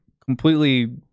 completely